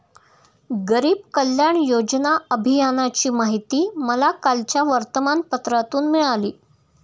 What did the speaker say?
गरीब कल्याण योजना अभियानाची माहिती मला कालच्या वर्तमानपत्रातून मिळाली